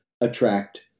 attract